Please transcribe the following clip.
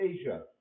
Asia